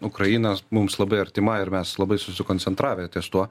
ukrainos mums labai artima ir mes labai susikoncentravę ties tuo